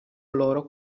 loro